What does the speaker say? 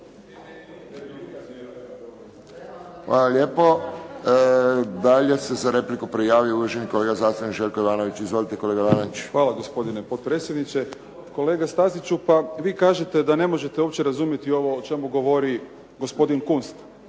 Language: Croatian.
Hvala lijepo. Dalje se za repliku prijavio uvaženi kolega zastupnik Željko Jovanović. Izvolite kolega Jovanović. **Jovanović, Željko (SDP)** Hvala, gospodine potpredsjedniče. Kolega Staziću, vi kažete da ne možete uopće razumjeti ovo o čemu govori gospodin Kunst.